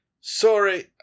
Sorry